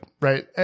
right